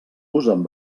usen